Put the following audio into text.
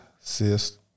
Sis